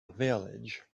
village